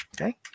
Okay